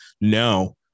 no